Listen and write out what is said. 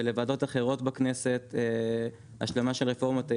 ולוועדות אחרות בכנסת השלמה של רפורמות הייבוא,